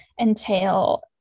entail